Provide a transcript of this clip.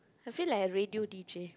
I feel like a radio D_J